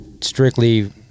strictly